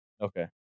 Okay